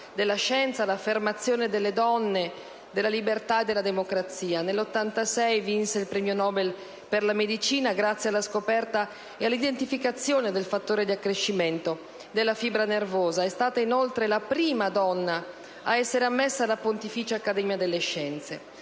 della scienza, l'affermazione delle donne, della libertà e della democrazia. Nel 1986 vinse il premio Nobel per la medicina grazie alla scoperta e all'identificazione del fattore di accrescimento della fibra nervosa. È stata, inoltre, la prima donna a essere ammessa alla Pontificia accademia delle scienze.